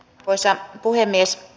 arvoisa puhemies